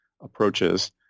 approaches